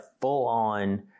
full-on